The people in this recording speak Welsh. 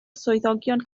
swyddogion